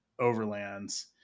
overlands